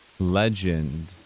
Legend